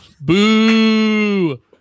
Boo